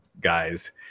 guys